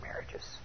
marriages